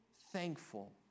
thankful